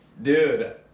Dude